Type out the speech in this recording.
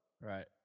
right